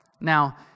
Now